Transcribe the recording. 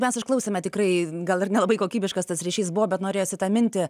mes išklausėme tikrai gal ir nelabai kokybiškas tas ryšys buvo bet norėjosi tą mintį